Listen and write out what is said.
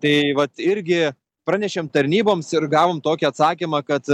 tai vat irgi pranešėm tarnyboms ir gavome tokį atsakymą kad